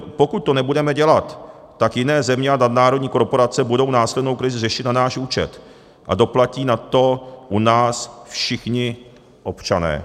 Pokud to nebudeme dělat, tak jiné země a nadnárodní korporace budou následnou krizi řešit na náš účet a doplatí na to u nás všichni občané.